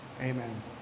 amen